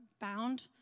bound